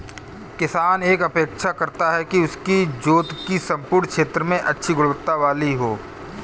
किसान यह अपेक्षा करता है कि उसकी जोत के सम्पूर्ण क्षेत्र में अच्छी गुणवत्ता वाली हो